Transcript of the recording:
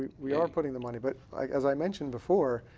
we are putting the money. but like as i mentioned before,